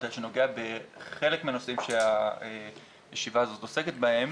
שנוגע בחלק מהנושאים שהישיבה הזאת עוסקת בהם,